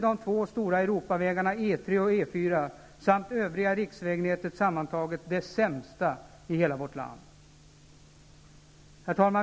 De två stora Europavägarna E 3 och E 4 samt övriga riksvägnätet sammantaget är fortfarande det sämsta i hela vårt land. Herr talman!